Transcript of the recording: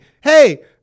Hey